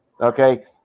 okay